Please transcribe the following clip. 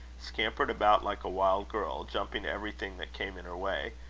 scampered about like a wild girl, jumping everything that came in her way,